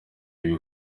ibi